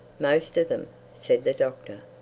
most of them, said the doctor.